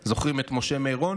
זוכרים את משה מירון,